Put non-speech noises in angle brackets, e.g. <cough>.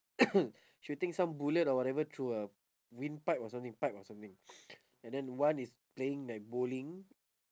<coughs> shooting some bullet or whatever through a windpipe or something pipe or something and then one is playing like bowling